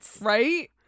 Right